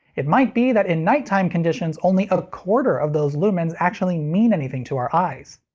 it might be that in nighttime conditions, only a quarter of those lumens actually mean anything to our eyes.